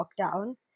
lockdown